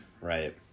right